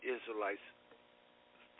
Israelites